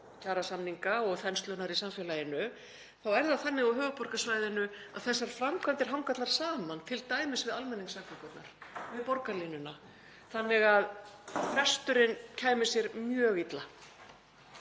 kjarasamninga og þenslunnar í samfélaginu þá er það þannig á höfuðborgarsvæðinu að þessar framkvæmdir hanga allar saman, t.d. við almenningssamgöngurnar, við borgarlínuna, þannig að frestunin kæmi sér mjög illa.